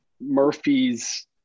Murphy's